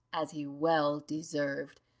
as he well deserved,